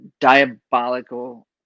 diabolical